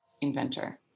inventor